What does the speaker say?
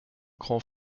grand